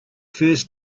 first